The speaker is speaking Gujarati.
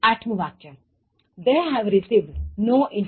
આઠમું વાક્ય They have received no informations